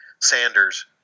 Sanders